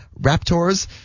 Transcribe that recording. Raptors